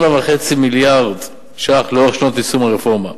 7.5 מיליארד ש"ח לאורך שנות יישום הרפורמה.